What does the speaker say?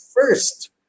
first